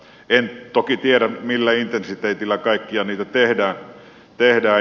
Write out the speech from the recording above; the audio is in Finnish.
en toki tiedä millä intensiteetillä kaikkia niitä tehdään